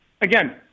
Again